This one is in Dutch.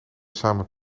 samen